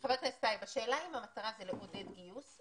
חבר הכנסת טייב, השאלה אם המטרה היא לעודד גיוס.